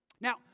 Now